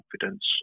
confidence